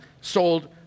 sold